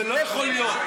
זה לא יכול להיות,